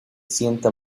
sienta